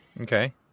Okay